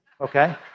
okay